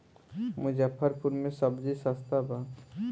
मुजफ्फरपुर में सबजी सस्ता बा